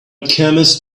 chemist